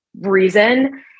reason